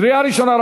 בקריאה ראשונה.